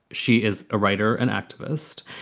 she is a writer and activist.